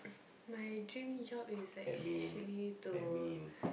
my dream job is actually to